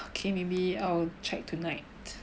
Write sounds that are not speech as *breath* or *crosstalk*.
*breath* okay maybe I will check tonight